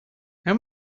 how